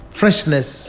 freshness